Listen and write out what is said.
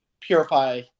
purify